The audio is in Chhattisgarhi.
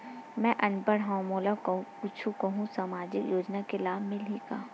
मैं अनपढ़ हाव मोला कुछ कहूं सामाजिक योजना के लाभ मिलही का?